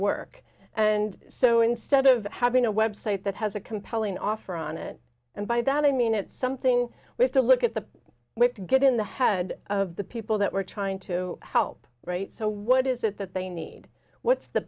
work and so instead of having a website that has a compelling offer on it and by that i mean it's something we have to look at the we have to get in the head of the people that we're trying to help right so what is it that they need what's the